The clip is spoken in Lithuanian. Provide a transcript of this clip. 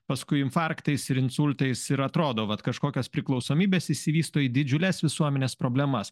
paskui infarktais ir insultais ir atrodo vat kažkokios priklausomybės išsivysto į didžiules visuomenės problemas